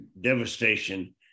devastation